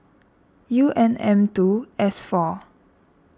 U N M two S four